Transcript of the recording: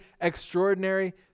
extraordinary